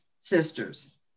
sisters